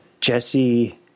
Jesse